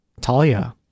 Talia